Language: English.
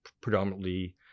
predominantly